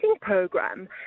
program